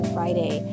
Friday